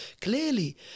Clearly